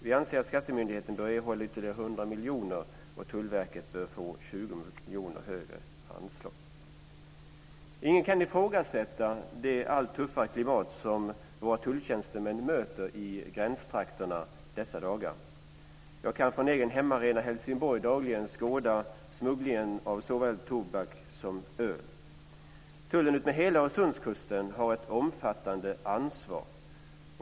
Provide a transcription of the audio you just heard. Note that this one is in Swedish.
Vi anser att skattemyndigheterna bör erhålla ytterligare 100 miljoner och Tullverket ytterligare 20 miljoner i anslag. Ingen kan ifrågasätta det allt tuffare klimat som våra tulltjänstemän möter i gränstrakterna i dessa dagar. Jag kan på den egna hemmaarenan i Helsingborg dagligen skåda smugglingen av såväl tobak som öl. Tullen utmed hela Öresundskusten har ett omfattande ansvar.